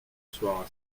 soir